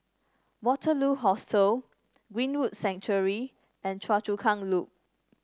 Waterloo Hostel Greenwood Sanctuary and Choa Chu Kang Loop